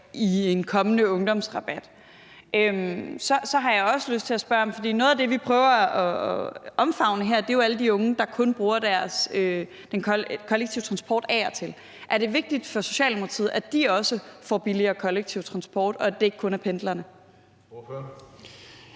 til at spørge – for noget af det, vi prøver at omfavne her, er jo alle de unge, der kun bruger kollektiv transport af og til: Er det vigtigt for Socialdemokratiet, at de også får billigere kollektiv transport, og at det ikke kun er pendlerne?